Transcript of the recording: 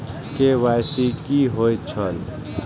KYC कि होई छल?